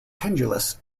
pendulous